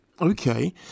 Okay